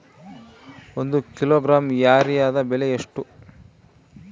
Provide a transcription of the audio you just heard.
ಒಂದು ಕಿಲೋಗ್ರಾಂ ಯೂರಿಯಾದ ಬೆಲೆ ಎಷ್ಟು?